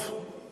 טוב.